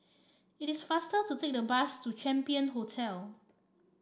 it is faster to take the bus to Champion Hotel